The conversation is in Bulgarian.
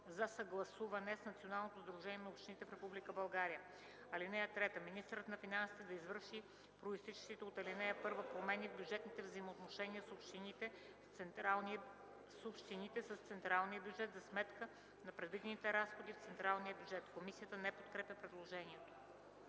за съгласуване с Националното сдружение на общините в Република България. (3) Министърът на финансите да извърши произтичащите от ал. 1 промени в бюджетните взаимоотношения с общините с централния бюджет за сметка на предвидените разходи в централния бюджет.” Комисията не подкрепя предложението.